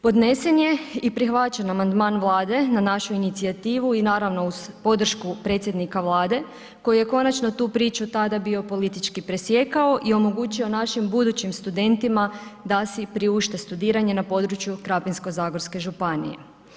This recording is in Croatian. Podnesen je i prihvaćen amandman Vlade na našu inicijativu i naravno uz podršku predsjednika Vlade koji je konačno tu priču tada bio politički presjekao i omogućio našim budućim studentima da si priušte studiranje na području Krapinsko-zagorske županije.